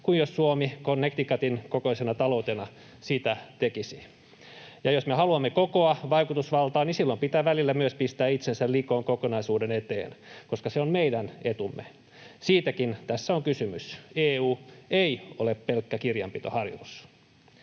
kuin jos Suomi Connecticutin kokoisena taloutena sitä tekisi. Jos me haluamme kokoa ja vaikutusvaltaa, silloin pitää välillä myös pistää itsensä likoon kokonaisuuden eteen, koska se on meidän etumme. Siitäkin tässä on kysymys. EU ei ole pelkkä kirjanpitoharjoitus.